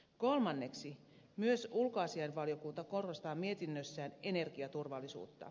kolmanneksi myös ulkoasiainvaliokunta korostaa mietinnössään energiaturvallisuutta